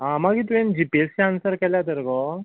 आ मागीर तुवें G P A C answer केल्या तर गो